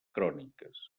cròniques